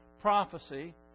prophecy